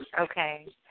Okay